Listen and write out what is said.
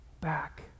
back